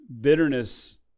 Bitterness